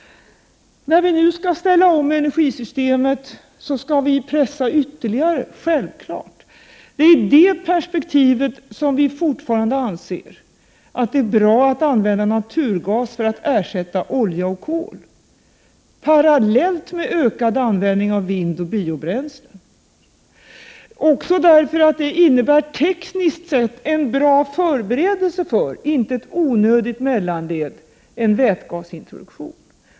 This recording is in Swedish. När vi nu skall ställa om energisystemet skall vi självfallet pressa på ytterligare. I det perspektivet anser vi fortfarande att det är bra att använda naturgas för att ersätta olja och kol parallellt med ökad användning av vind och biobränslen, också därför att det tekniskt sett innebär en bra förberedelse, inte ett onödigt mellanled, för en vätgasintroduktion.